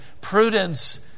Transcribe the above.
prudence